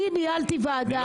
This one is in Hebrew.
אני ניהלתי ועדה,